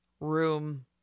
room